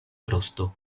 frosto